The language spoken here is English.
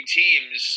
teams